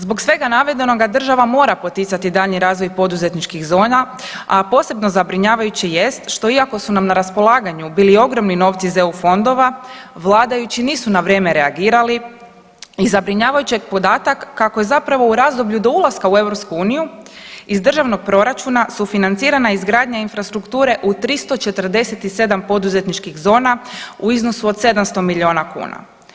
Zbog svega navedenoga država mora poticati daljnji razvoj poduzetničkih zona, a posebno zabrinjavajuće jest što iako su nam na raspolaganju bili ogromni novci iz EU fondova vladajući nisu na vrijeme reagirali i zabrinjavajući je podatak kako je zapravo u razdoblju do ulaska u EU iz državnog proračuna sufinancirana izgradnja infrastrukture u 347 poduzetničkih zona u iznosu od 700 miliona kuna.